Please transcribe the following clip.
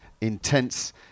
intense